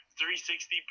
360